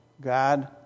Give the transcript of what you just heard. God